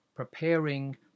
preparing